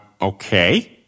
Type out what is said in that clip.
Okay